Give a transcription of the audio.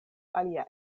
alia